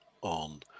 on